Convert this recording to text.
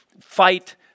fight